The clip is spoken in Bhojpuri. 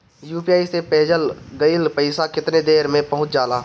यू.पी.आई से भेजल गईल पईसा कितना देर में पहुंच जाला?